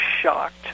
shocked